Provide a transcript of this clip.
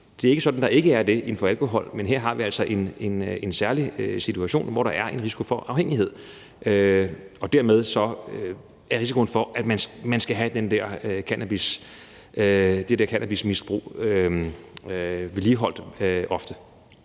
Det er ikke sådan, at der ikke er det inden for alkohol, men her har vi altså en særlig situation, hvor der er en risiko for afhængighed, og dermed er der en risiko for, at man skal have det der cannabismisbrug vedligeholdt ofte.